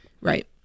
Right